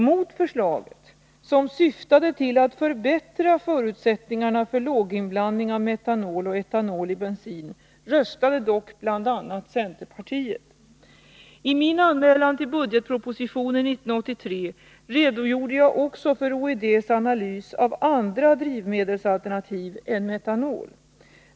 Mot förslaget, som syftade till att förbättra förutsättningarna för låginblandning av metanol och etanol i bensin, röstade dock bl.a. centerpartiet. I min anmälan till budgetpropositionen 1983 redogjorde jag också för OED:s analys av andra drivmedelsalternativ än metanol.